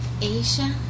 Asia